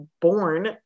born